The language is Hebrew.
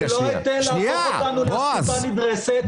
אני לא אתן לעשות אותנו אסקופה נדרסת,